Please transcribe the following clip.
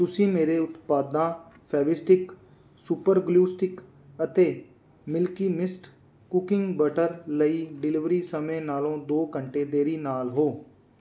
ਤੁਸੀਂ ਮੇਰੇ ਉਤਪਾਦਾਂ ਫੇਵਿਸਟਿਕ ਸੁਪਰ ਗਲੂ ਸਟਿਕ ਅਤੇ ਮਿਲਕੀ ਮਿਸਟ ਕੂਕਿੰਗ ਬਟਰ ਲਈ ਡਿਲੀਵਰੀ ਸਮੇਂ ਨਾਲੋਂ ਦੋ ਘੰਟੇ ਦੇਰੀ ਨਾਲ ਹੋ